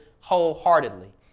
wholeheartedly